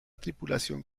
tripulación